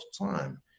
time